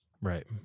Right